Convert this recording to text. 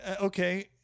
okay